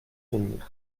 venir